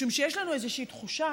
משום שיש לנו איזושהי תחושה